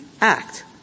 act